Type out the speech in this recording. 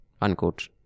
unquote